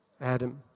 Adam